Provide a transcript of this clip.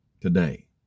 today